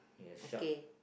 yes shark